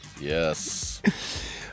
Yes